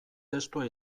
testua